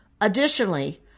Additionally